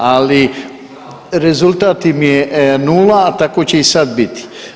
Ali, rezultat im je nula, a tako će i sad biti.